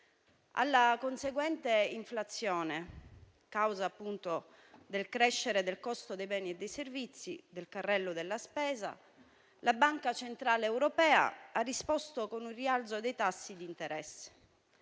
Alla conseguente inflazione, causa appunto della crescita del costo dei beni e dei servizi del carrello della spesa, la Banca centrale europea ha risposto con un rialzo dei tassi d'interesse.